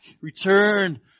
return